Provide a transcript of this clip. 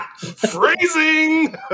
Phrasing